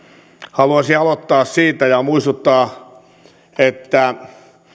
haluaisin aloittaa siitä ja muistuttaa että